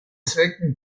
zwecken